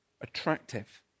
attractive